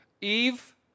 Eve